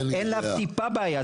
אין לה טיפה בעיה.